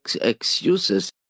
excuses